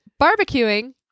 barbecuing